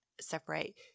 separate